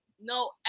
No